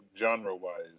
genre-wise